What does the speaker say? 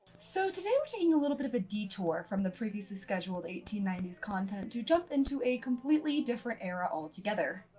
so, today we're taking a little bit of a detour from the previously scheduled eighteen ninety s content to jump into a completely different era altogether.